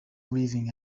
living